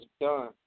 done